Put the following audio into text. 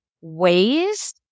ways